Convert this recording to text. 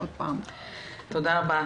תודה רבה.